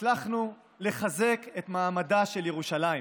הצלחנו לחזק את מעמדה של ירושלים.